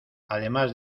además